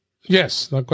Yes